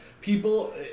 People